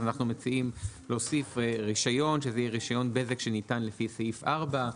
אז אנחנו מציעים להוסיף רישיון שזה יהיה רישיון בזק שניתן לפי סעיף 4,